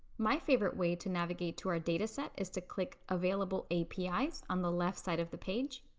my favorite way to navigate to our dataset is to click available apis on the left side of the page.